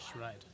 right